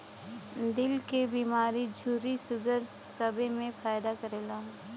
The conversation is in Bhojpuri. दिल क बीमारी झुर्री सूगर सबे मे फायदा करेला